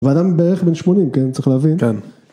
ואדם בערך בן שמונים, כן? צריך להבין. כן.